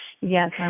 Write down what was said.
Yes